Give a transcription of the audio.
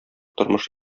тормыш